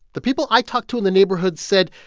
the people i talked to in the neighborhood said,